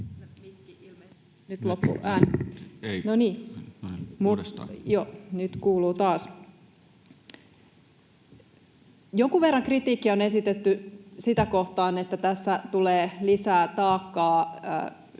mikki ilmeisesti, nyt loppui ääni. — No niin, nyt kuuluu taas. Jonkun verran kritiikkiä on esitetty sitä kohtaan, että tässä tulee lisää taakkaa näille